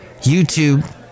YouTube